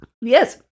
Yes